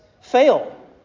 fail